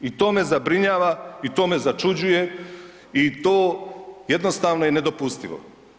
I to me zabrinjava, i to me začuđuje i to jednostavno je nedopustivo.